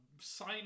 Sign